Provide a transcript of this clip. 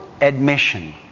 admission